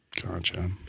Gotcha